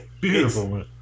Beautiful